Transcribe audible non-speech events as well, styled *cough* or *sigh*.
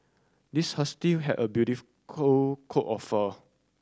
this husky had a *unintelligible* coat of fur